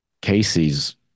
Casey's